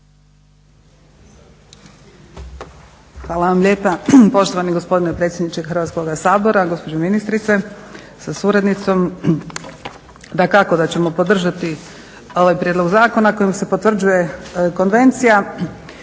Hvala vam lijepa. Poštovani gospodine predsjedniče Hrvatskoga sabora, gospođo ministrice sa suradnicom. Dakako da ćemo podržati ovaj prijedlog zakona kojim se potvrđuje Konvencija.